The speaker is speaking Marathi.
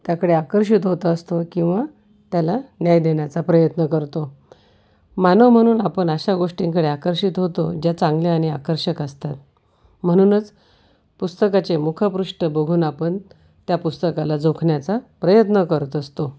त्याकडे आकर्षित होतं असतो किंवा त्याला न्याय देण्याचा प्रयत्न करतो मानव म्हणून आपण अशा गोष्टींकडे आकर्षित होतो ज्या चांगल्या आणि आकर्षक असतात म्हणूनच पुस्तकाचे मुखपृष्ठ बघून आपण त्या पुस्तकाला जोखण्याचा प्रयत्न करत असतो